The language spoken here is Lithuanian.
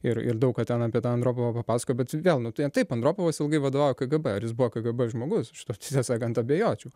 ir ir daug ką ten apie tą andropovą papasakojo bet čia vėl nu taip andropovas ilgai vadovo kgb ar jis buvo kgb žmogus aš šituo tiesą sakant abejočiau